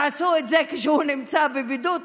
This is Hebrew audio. תעשו את זה כשהוא נמצא בבידוד,